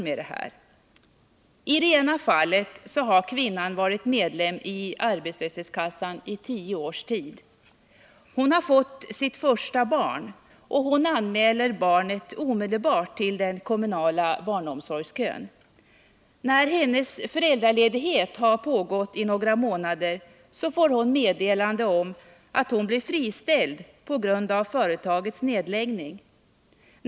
I det ena fallet har kvinnan varit medlem i arbetslöshetskassan i tio års tid. Hon får sitt första barn, och hon anmäler omedelbart barnet till den kommunala barnomsorgskön. När hennes föräldraledighet har varat i några månader får hon meddelande om att hon blir friställd på grund av företagets nedläggning.